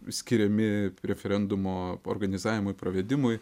skiriami referendumo organizavimui pravedimui